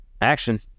action